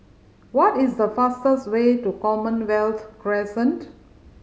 what is the fastest way to Commonwealth Crescent